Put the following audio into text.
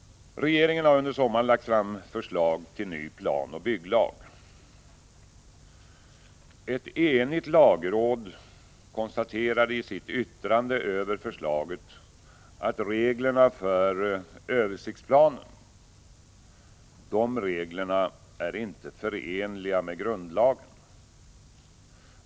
Regeringen har under sommaren lagt fram förslag till ny planoch bygglag. Ett enigt lagråd konstaterade i sitt yttrande över förslaget att reglerna för översiktsplanen inte är förenliga med grundlagen.